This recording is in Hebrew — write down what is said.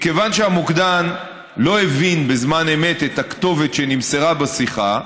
מכיוון שהמוקדן לא הבין בזמן אמת את הכתובת שנמסרה בשיחה,